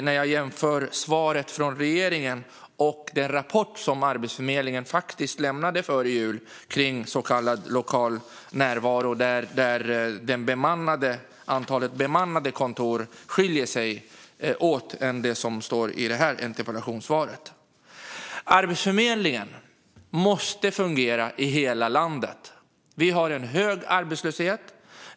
När jag jämför svaret från regeringen med den rapport som Arbetsförmedlingen lämnade före jul kring så kallad lokal närvaro skiljer sig antalet bemannade kontor åt. Arbetsförmedlingen måste fungera i hela landet. Vi har en hög arbetslöshet.